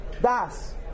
Das